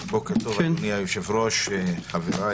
בוקר טוב אדוני יושב הראש וחבריי.